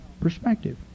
perspective